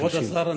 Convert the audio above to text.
כבוד השר,